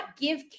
give